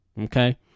okay